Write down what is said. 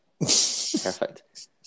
Perfect